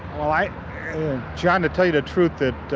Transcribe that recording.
like john, to tell you the truth it,